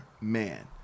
man